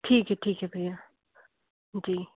ठीक है ठीक है भैया जी